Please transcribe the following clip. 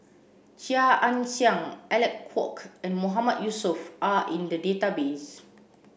Chia Ann Siang Alec Kuok and Mahmood Yusof are in the database